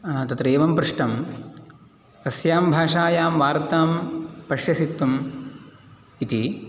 तत्र एवं पृष्टं कस्यां भाषायां वार्तां पश्यसि त्वम् इति